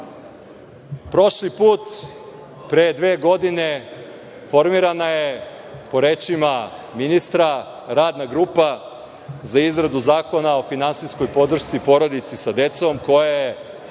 Prošli put, pre dve godine, formirana je, po rečima ministra, Radna grupa za izradu zakona o finansijskoj podršci porodici sa decom